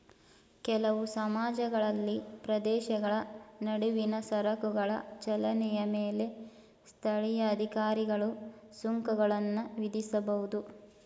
ಕೆಲವು ಸಮಾಜಗಳಲ್ಲಿ ಪ್ರದೇಶಗಳ ನಡುವಿನ ಸರಕುಗಳ ಚಲನೆಯ ಮೇಲೆ ಸ್ಥಳೀಯ ಅಧಿಕಾರಿಗಳು ಸುಂಕಗಳನ್ನ ವಿಧಿಸಬಹುದು